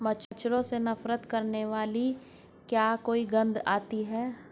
मच्छरों से नफरत करने वाली क्या कोई गंध आती है?